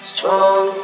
Strong